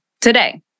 today